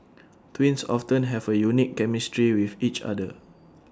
twins often have A unique chemistry with each other